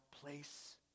place